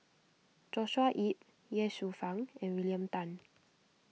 Joshua Ip Ye Shufang and William Tan